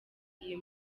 iyi